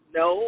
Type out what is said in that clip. no